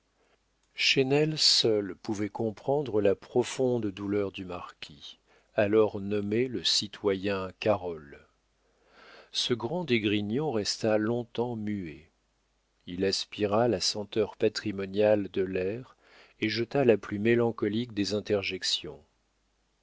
social chesnel seul pouvait comprendre la profonde douleur du marquis alors nommé le citoyen carol ce grand d'esgrignon resta long-temps muet il aspira la senteur patrimoniale de l'air et jeta la plus mélancolique des interjections